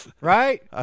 Right